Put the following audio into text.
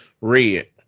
Red